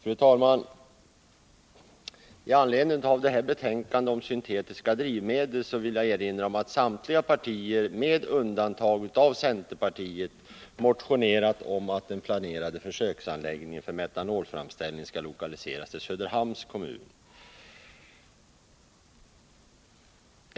Fru talman! I detta betänkande om syntetiska drivmedel behandlas motioner som väckts av representanter på Gävleborgsbänken för samtliga partier med undantag för centerpartiet. I motionerna föreslås att den planerade försöksanläggningen för metanolframställning skall lokaliseras till Söderhamns kommun.